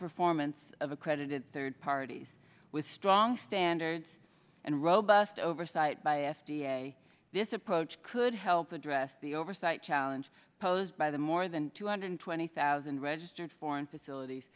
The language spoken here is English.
performance of accredited third parties with strong standards and robust oversight by f d a this approach could help address the oversight challenge posed by the more than two hundred twenty thousand registered foreign